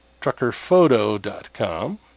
truckerphoto.com